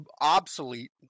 obsolete